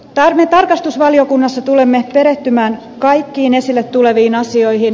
me tarkastusvaliokunnassa tulemme perehtymään kaikkiin esille tuleviin asioihin